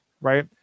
right